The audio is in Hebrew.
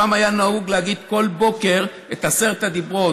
פעם היה נהוג לומר כל בוקר את עשרת הדיברות,